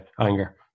anger